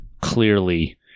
clearly